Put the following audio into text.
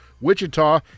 Wichita